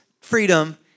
freedom